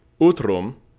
Utrum